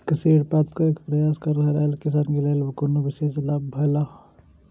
कृषि ऋण प्राप्त करे के प्रयास कर रहल किसान के लेल कुनु विशेष लाभ हौला?